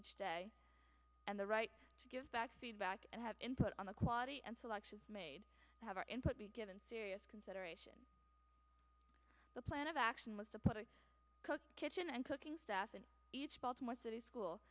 each day and the right to give back feedback and have input on the quality and selections made have our input be given serious consideration the plan of action was to put a cook kitchen and cooking staff in each baltimore city school